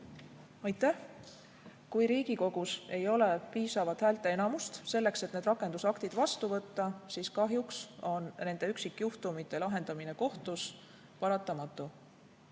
Aitäh! Kui Riigikogus ei ole piisavat häälteenamust, selleks et need rakendusaktid vastu võtta, siis kahjuks on nende üksikjuhtumite lahendamine kohtus paratamatu.